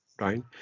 right